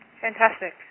Fantastic